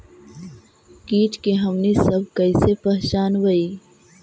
किट के हमनी सब कईसे पहचनबई?